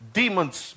demons